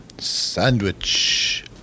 sandwich